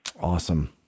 Awesome